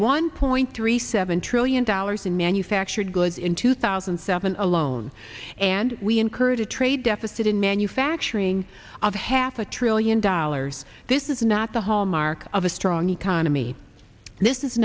one point three seven trillion dollars in manufactured goods in two thousand and seven alone and we incurred a trade deficit in manufacturing of half a trillion dollars this is not the hallmark of a strong economy this is